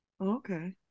Okay